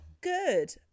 good